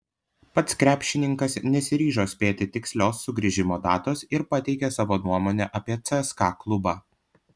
pats krepšininkas nesiryžo spėti tikslios sugrįžimo datos ir pateikė savo nuomonę apie cska klubą